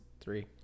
three